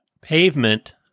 pavement